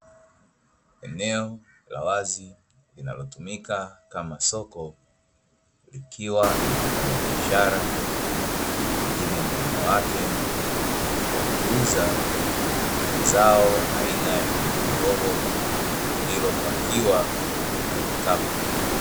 Eneo la wazi linalotumika kama soko likiwa na wafanyabiashara wengine ni wanawake, wakiuza zao aina ya pilipili hoho lililopakiwa kwenye vikapu.